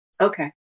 Okay